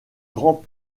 grand